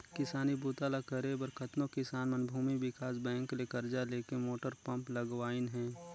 किसानी बूता ल करे बर कतनो किसान मन भूमि विकास बैंक ले करजा लेके मोटर पंप लगवाइन हें